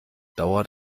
dauert